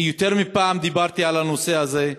יותר מפעם דיברתי על הנושא הזה.